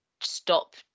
stop